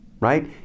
right